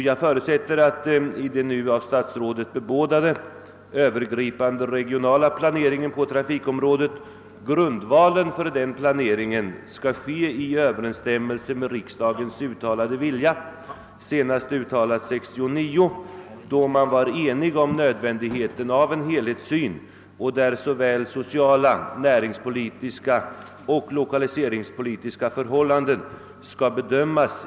Jag förutsätter att grundvalen i den nu av statsrådet bebådade övergripande regionala planeringen på trafikområdet skall överensstämma med riksdagens senast år 1969 uttalade vilja. Man var då ånyo enig om nödvändigheten av en helhetssyn, i vilken såväl sociala som näringspolitiska och lokaliseringspolitiska förhållanden skulle beaktas.